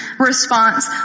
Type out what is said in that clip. response